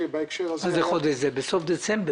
שבהקשר הזה --- בסוף דצמבר.